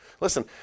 Listen